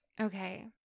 Okay